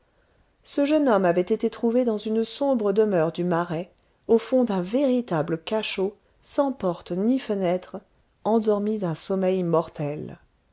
ce jeune homme avait été trouvé dans une sombre demeure du marais au fond d'un véritable cachot sans porte ni fenêtre endormi d'un sommeil mortel